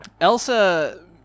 Elsa